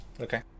Okay